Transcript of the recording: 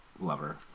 Lover